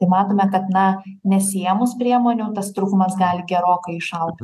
tai matome kad na nesiėmus priemonių tas trūkumas gali gerokai išaugt